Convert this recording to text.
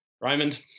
Raymond